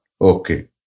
Okay